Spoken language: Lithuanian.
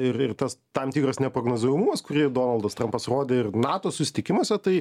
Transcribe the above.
ir ir tas tam tikras neprognozuojamumas kurį donaldas trampas rodė ir nato susitikimuose tai